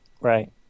right